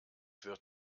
wird